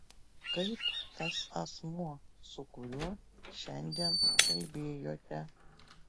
kaip tas asmuo su kuriuo šiandien kalbėjote